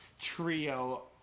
Trio